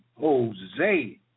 Jose